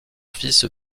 fils